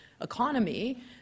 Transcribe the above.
economy